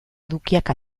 edukiak